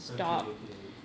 okay okay